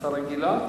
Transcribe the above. הצעה רגילה?